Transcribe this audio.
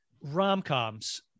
Rom-coms